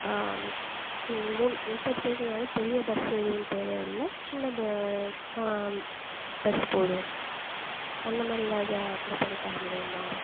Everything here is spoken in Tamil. மூணு முப்பது பேருனாலே பெரிய பஸ் எதுவும் தேவையில்லை சின்ன ப பஸ் போதும் அந்தமாதிரி ஏதாவது பண்ணி தரமுடியுமா